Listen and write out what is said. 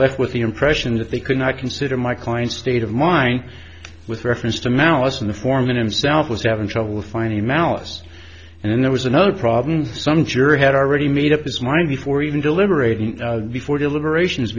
left with the impression that they could not consider my client's state of mind with reference to malice in the form of him self was having trouble finding malice and then there was another problem some juror had already made up his mind before even deliberating before deliberations